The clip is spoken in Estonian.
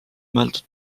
mõeldud